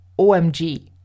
OMG